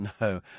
no